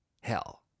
hell